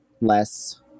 less